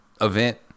event